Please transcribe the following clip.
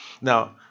Now